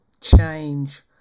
change